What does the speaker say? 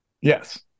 Yes